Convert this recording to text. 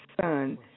son